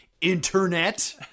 Internet